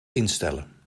instellen